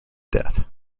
death